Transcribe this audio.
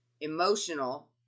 emotional